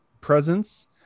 presence